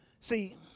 see